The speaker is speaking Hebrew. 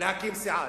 להקים סיעה.